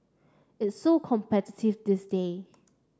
it's so competitive these day